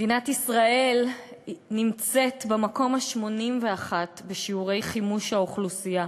מדינת ישראל נמצאת במקום ה-81 בשיעורי חימוש האוכלוסייה,